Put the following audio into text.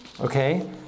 okay